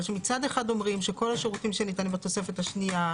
כי מצד אחד אומרים שכל השירותים שניתנים בתוספת השנייה,